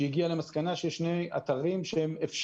והיא הגיעה למסקנה שיש שני אתרים אפשריים